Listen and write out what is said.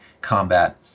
combat